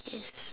yes